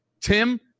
Tim